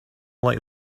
like